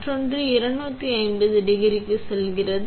மற்றொன்று 250 டிகிரிக்கு செல்கிறது